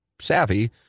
savvy